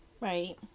right